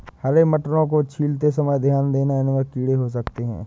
हरे मटरों को छीलते समय ध्यान देना, इनमें कीड़े हो सकते हैं